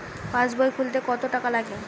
পাশবই খুলতে কতো টাকা লাগে?